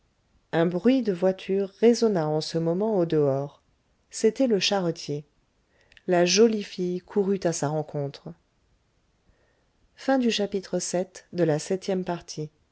un bruit de voiture résonna en ce moment au dehors c'était le charretier la jolie fille courut à sa rencontre